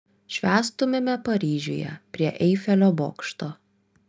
švęstumėme paryžiuje prie eifelio bokšto